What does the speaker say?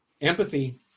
empathy